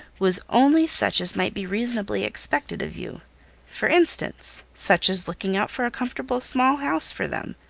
was only such as might be reasonably expected of you for instance, such as looking out for a comfortable small house for them,